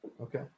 Okay